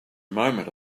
moment